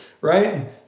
right